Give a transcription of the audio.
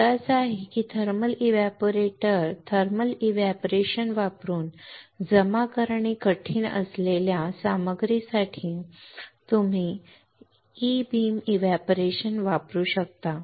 मुद्दा असा आहे की थर्मल एव्हपोरेटर वापरून थर्मल एव्हपोरेशन वापरून जमा करणे कठीण असलेल्या सामग्रीसाठी तुम्ही ई बीम एव्हपोरेशन वापरू शकता